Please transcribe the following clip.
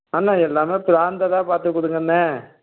அண்ணா எல்லாமே ப்ராண்டடாக பார்த்துக் கொடுங்கண்ணா